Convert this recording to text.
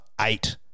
eight